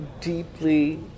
deeply